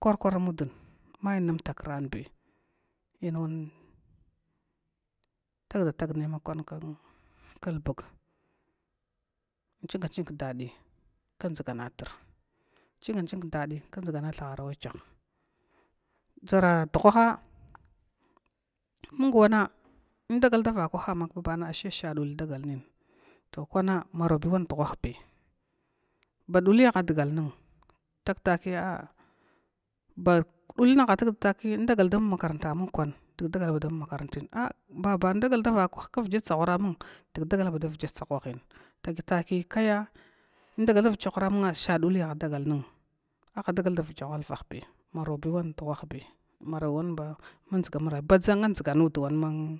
kwakwa amudn mai nmtakranbi, inwan tagda tagnai ma kwan klbg in ching ching kdadi kdʒganatr in chinja chig kadin kdʒanathuh ua kyah ʒara chugha ha mung indagal da vakwaha, amma baban ashe sha duli dagal nin, to kwan marobiwan dughanbi baduli aha dugnun takiya in daga dama makarant amu abasa ina a vigya tsaghara amn dgdaga ba vigya tsahwahim tagitaki, kay in daga tsahwara amun sha adul aha dagal num aha dago dvgy whalvahbu marowi uwar budʒadugan